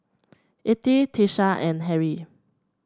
Ethyl Tiesha and Harrie